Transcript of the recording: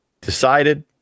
decided